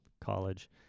college